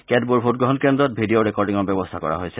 কেতবোৰ ভোটগ্ৰহণ কেন্দ্ৰত ভিডিঅ' ৰেকৰ্ডিঙৰ ব্যৱস্থা কৰা হৈছে